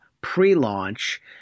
pre-launch